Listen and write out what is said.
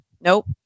Nope